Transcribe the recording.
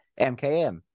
MKM